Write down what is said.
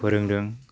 फोरोंदों